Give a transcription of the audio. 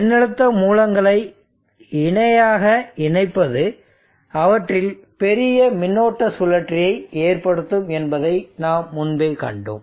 மின்னழுத்த மூலங்களை இணையாக இணைப்பது அவற்றில் பெரிய மின்னோட்ட சுழற்சியை ஏற்படுத்தும் என்பதை நாம் முன்பே கண்டோம்